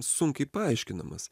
sunkiai paaiškinamas